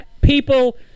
people